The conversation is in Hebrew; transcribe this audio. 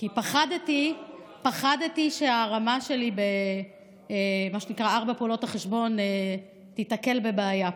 כי פחדתי שהרמה שלי במה שנקרא ארבע פעולות החשבון תיתקל בבעיה פה.